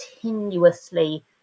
continuously